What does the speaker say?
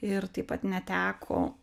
ir taip pat neteko